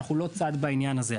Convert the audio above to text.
אנחנו לא צד בעניין הזה,